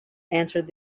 answered